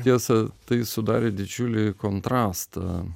tiesa tai sudarė didžiulį kontrastą